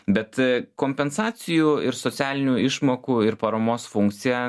bet kompensacijų ir socialinių išmokų ir paramos funkcija